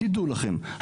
תדעו לכם,